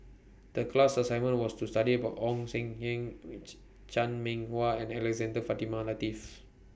The class assignment was to study about Ong Seng Kim Chan Meng Wah and Alexander Fatimah Lateef